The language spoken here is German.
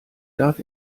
darf